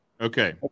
Okay